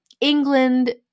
England